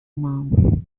month